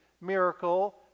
miracle